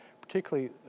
particularly